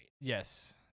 yes